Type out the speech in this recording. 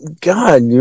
God